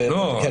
לא,